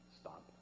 stop